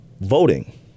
voting